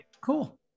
Cool